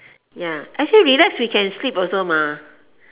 ya actually relax we can sleep also mah